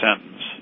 sentence